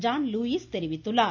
John Lewis தெரிவித்துள்ளார்